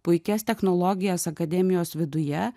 puikias technologijas akademijos viduje